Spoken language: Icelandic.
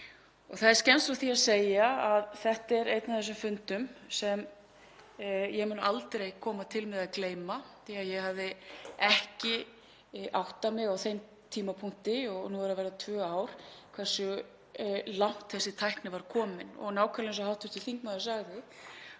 Það er skemmst frá því að segja að þetta er einn af þessum fundum sem ég mun aldrei koma til með að gleyma því að ég hafði ekki áttað mig á þeim tímapunkti, og nú eru að verða komin tvö ár, hversu langt þessi tækni væri komin. Og nákvæmlega eins og hv. þingmaður sagði þá